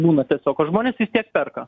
būna tiesiog o žmonės vis tiek perka